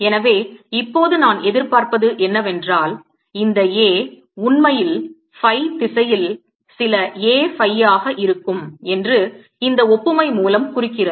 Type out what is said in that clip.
எனவே இப்போது நான் எதிர்பார்ப்பது என்னவென்றால் இந்த A உண்மையில் phi திசையில் சில A phi யாக இருக்கும் என்று இந்த ஒப்புமை மூலம் குறிக்கிறது